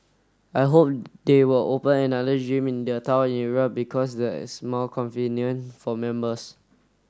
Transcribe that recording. I hope they will open another gym in their town area because that's more convenient for members